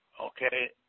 okay